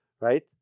right